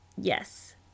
yes